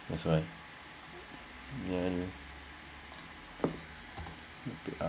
that's why then